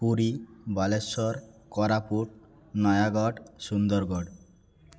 Puri Balasore Koraput Nayagarh Sundargarh